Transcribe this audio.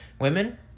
Women